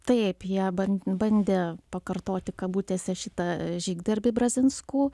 taip jie bandė bandė pakartoti kabutėse šitą žygdarbį brazinskų